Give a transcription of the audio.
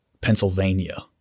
Pennsylvania